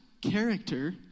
character